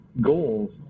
goals